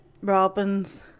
Robins